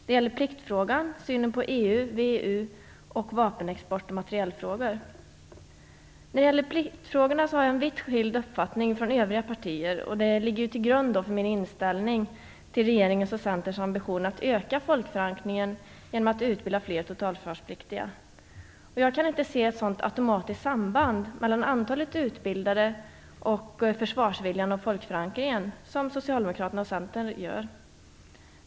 Det gäller pliktfrågan, synen på EU, VEU och vapenexport och materielfrågor. När det gäller pliktfrågorna har jag en uppfattning som är vitt skild från andra partiers. Det ligger till grund för min inställning till regeringens och Centerns ambition att öka folkförankringen genom att utbilda fler totalförsvarspliktiga. Jag kan inte se ett sådant automatiskt samband mellan antalet utbildade och försvarsviljan och folkförankringen som Socialdemokraterna och Centern gör.